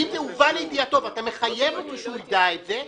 אם זה הובא לידיעתו ואתה מחייב אותו שהוא יידע את זה,